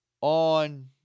On